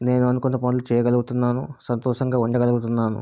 నేను అనుకున్న పనులు చేయగలుగుతున్నాను సంతోషంగా ఉండగలుగుతున్నాను